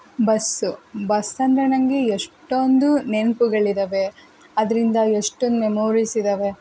bus ಬಸ್ಸಂದರೆ ನನಗೆ ಎಷ್ಟೊಂದು ನೆನಪುಗಳಿದಾವೆ ಅದರಿಂದ ಎಷ್ಟೊಂದು ಮೆಮೋರೀಸ್ ಇದಾವೆ